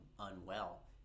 unwell